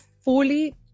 fully